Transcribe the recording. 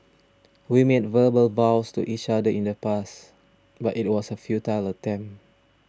we made verbal vows to each other in the past but it was a futile attempt